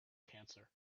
cancer